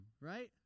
right